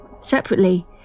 Separately